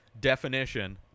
definition